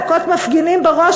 להכות מפגינים בראש,